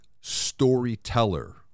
storyteller